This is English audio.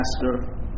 master